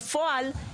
בפועל,